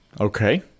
Okay